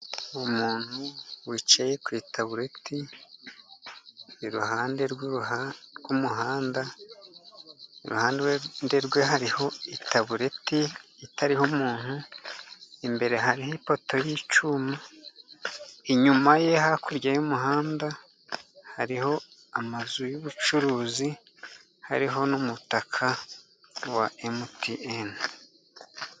Umuntu wicaye ku itabureti, iruhande rw'umuhanda, iruhande rwe hariho itabureti itariho umuntu, imbere hariho ipoto y'icyuma, inyuma ye hakurya y'umuhanda hariho amazu y'ubucuruzi, hariho n'umutaka wa emutiyeni.